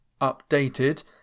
updated